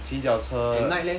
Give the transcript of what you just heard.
at night leh